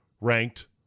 ranked